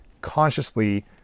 consciously